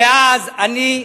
ואז אני,